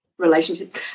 Relationship